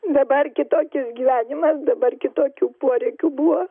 dabar kitokis gyvenimas dabar kitokių poreikių buvo